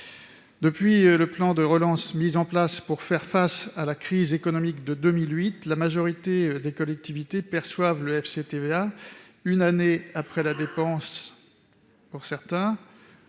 Depuis le plan de relance mis en place pour faire face à la crise économique de 2008, la majorité des collectivités perçoivent le FCTVA une année après la dépense ; certaines